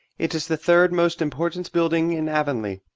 it is the third most important building in avonlea.